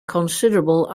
considerable